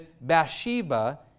Bathsheba